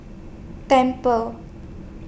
Temple